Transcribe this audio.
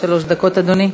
חנין, שלוש דקות, אדוני.